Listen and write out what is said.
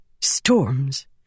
Storms